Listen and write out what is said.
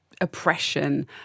oppression